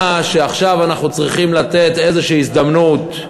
שעכשיו אנחנו צריכים לתת איזושהי הזדמנות.